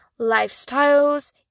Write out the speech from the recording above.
lifestyles